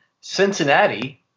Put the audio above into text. Cincinnati –